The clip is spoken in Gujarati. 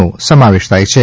નો સમાવેશ થાય છે